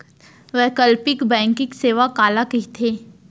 वैकल्पिक बैंकिंग सेवा काला कहिथे?